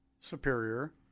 Superior